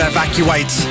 Evacuate